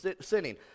sinning